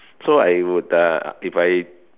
so I would uh if I